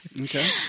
Okay